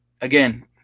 again